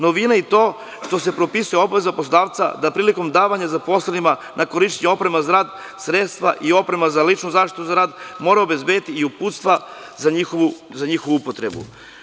Novina je i to što se propisuje obaveza poslodavca da prilikom davanja zaposlenima na korišćenje opreme za rad, sredstva i opreme za ličnu zaštitu za rad, morao bi obezbediti i uputstva za njihovu upotrebu.